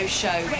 show